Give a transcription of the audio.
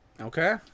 Okay